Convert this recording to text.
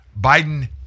Biden